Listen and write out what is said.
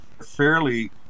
fairly